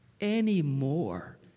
anymore